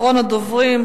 אחרון הדוברים,